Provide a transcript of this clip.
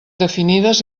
definides